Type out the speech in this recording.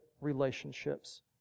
relationships